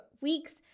weeks